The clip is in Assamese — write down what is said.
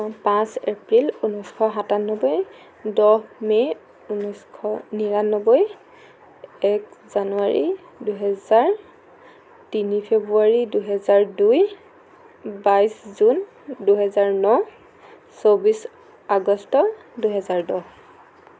পাঁচ এপ্ৰিল ঊনৈছ শ সাতানব্বৈ দহ মে' ঊনৈছ শ নিৰানব্বৈ এক জানুৱাৰী দুহেজাৰ তিনি ফেবুৱাৰী দুহেজাৰ দুই বাইছ জুন দুহেজাৰ ন চৌব্বিছ আগষ্ট দুহেজাৰ দহ